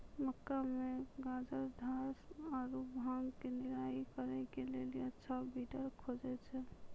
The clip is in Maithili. मक्का मे गाजरघास आरु भांग के निराई करे के लेली अच्छा वीडर खोजे छैय?